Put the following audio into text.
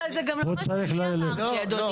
אבל זה גם מה שאני אמרתי, אדוני.